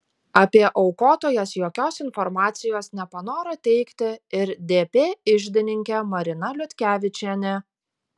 apie aukotojas jokios informacijos nepanoro teikti ir dp iždininkė marina liutkevičienė